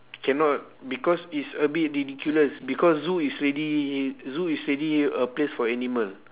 cannot because it's a bit ridiculous because zoo is already zoo is already a place for animal